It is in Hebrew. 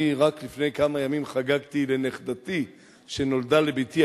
רק לפני כמה ימים חגגתי לנכדתי שנולדה לבתי,